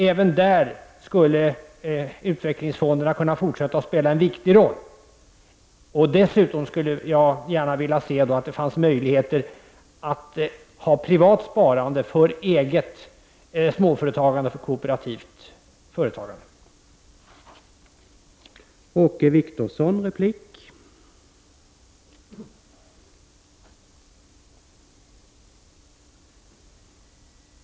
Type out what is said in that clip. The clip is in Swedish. Även där skulle utvecklingsfonderna kunna fortsätta att spela en viktig roll. Dessutom skulle jag gärna se att det fanns möjligheter att ha privat sparande för eget småföretagande och för kooperativt företagande.